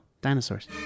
dinosaurs